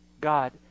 God